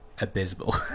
abysmal